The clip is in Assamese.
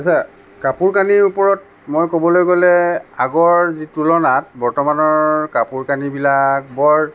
আচ্ছা কাপোৰ কানিৰ ওপৰত মই ক'বলৈ গ'লে আগৰ যি তুলনাত বৰ্তমানৰ কাপোৰ কানিবিলাক বৰ